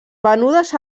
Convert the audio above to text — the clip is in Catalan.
venudes